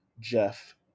Jeff